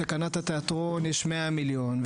בתקנת התיאטרון יש 100 מיליון,